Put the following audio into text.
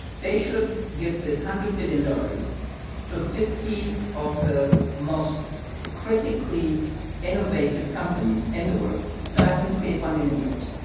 they should give this hundred billion dollars to fifty of the most critically innovative companies in the world to ask them to create one million jobs.